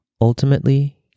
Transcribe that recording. Ultimately